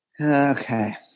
Okay